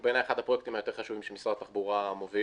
הוא בין אחד הפרויקטים היותר חשובים שמשרד התחבורה מוביל.